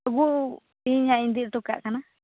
ᱛᱚᱵᱩ ᱛᱮᱦᱤᱧ ᱦᱟᱸᱜ ᱤᱧ ᱤᱫᱤ ᱦᱚᱴᱚ ᱠᱟᱜ ᱠᱟᱱᱟ